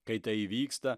kai tai įvyksta